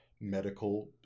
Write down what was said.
medical